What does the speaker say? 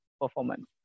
performance